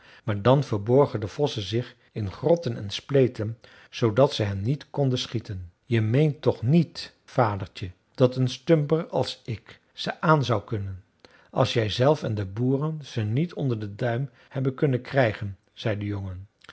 maar dan verborgen de vossen zich in grotten en spleten zoodat ze hen niet konden schieten je meent toch niet vadertje dat een stumper als ik ze aan zou kunnen als jij zelf en de boeren ze niet onder den duim hebben kunnen krijgen zei de jongen